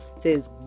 says